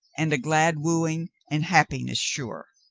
and a glad wooing, and happiness sure.